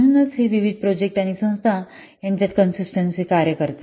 म्हणूनच हे विविध प्रोजेक्ट आणि संस्था यांच्यात कंसिस्टन्ट कार्य करते